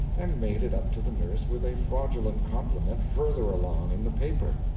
and made it up to the nurse with a fraudulent compliment further along in the paper.